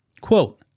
Quote